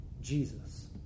Jesus